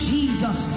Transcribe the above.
Jesus